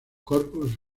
corpus